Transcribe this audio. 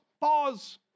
pause